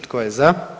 Tko je za?